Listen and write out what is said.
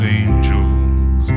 angels